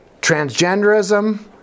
transgenderism